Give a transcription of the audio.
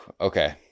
Okay